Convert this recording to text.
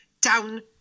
down